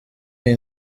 iyi